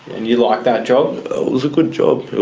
and you liked that job? it was a good job.